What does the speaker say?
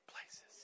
places